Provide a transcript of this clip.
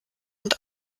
und